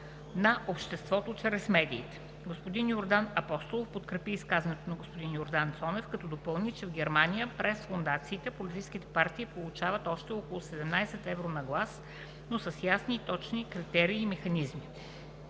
на обществото. Господин Йордан Апостолов подкрепи изказването на господин Йордан Цонев, като допълни, че в Германия през фондациите политическите партии получават още около 17 евро на глас, но с ясни и точни критерии и механизми.